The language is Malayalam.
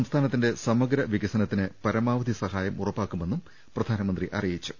സംസ്ഥാനത്തിന്റെ സമഗ്ര വികസനത്തിന് പരമാവധി സഹായം ഉറപ്പാക്കുമെന്നും പ്രധാനമന്ത്രി അറിയിച്ചു